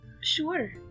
Sure